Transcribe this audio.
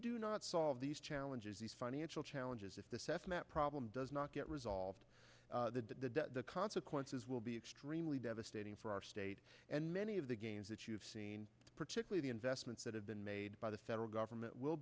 do not solve these challenges these financial challenges if this estimate problem does not get resolved the consequences will be extremely devastating for our state and many of the gains that you've seen particularly the investments that have been made by the federal government will